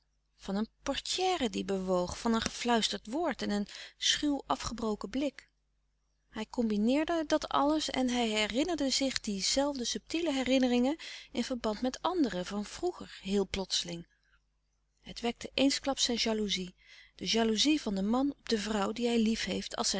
van een portière die bewoog van een gefluisterd woord en een schuw afgebroken blik hij combineerde dat alles en hij herinnerde zich die zelfde subtiele herinneringen in verband met anderen van vroeger heel plotseling het wekte eensklaps zijn jalouzie de jalouzie van den man op de vrouw die hij liefheeft als